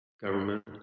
government